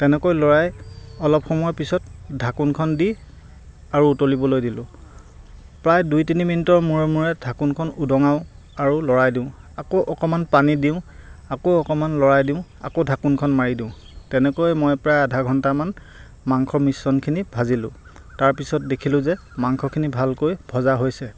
তেনেকৈ লৰাই অলপ সময়ৰ পিছত ঢাকোনখন দি আৰু উতলিবলৈ দিলোঁ প্ৰায় দুই তিনি মিনিটৰ মূৰে মূৰে ঢাকোনখন উদঙাওঁ আৰু লৰাই দিওঁ আকৌ অকণমান পানী দিওঁ আকৌ অকণমান লৰাই দিওঁ আকৌ ঢাকোনখন মাৰি দিওঁ তেনেকৈ মই প্ৰায় আধা ঘণ্টামান মাংস মিশ্ৰণখিনি ভাজিলোঁ তাৰপিছত দেখিলোঁ যে মাংসখিনি ভালকৈ ভজা হৈছে